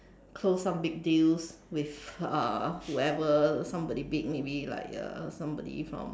close some big deals with uh whoever somebody big maybe like uh somebody from